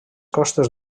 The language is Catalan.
costes